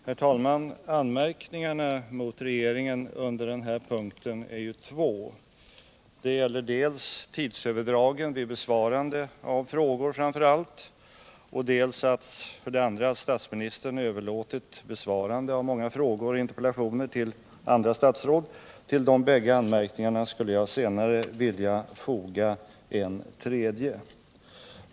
Herr talman! Anmärkningarna mot regeringen under den här punkten är ju två. De gäller för det första tidsöverdrag vid besvarande av frågor, för det andra att statsministern överlåtit besvarande av många frågor och interpellationer till andra statsråd. Till de bägge anmärkningarna skulle jag senare vilja foga en tredje.